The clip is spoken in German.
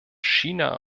china